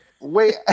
Wait